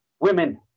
Women